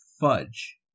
fudge